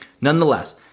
nonetheless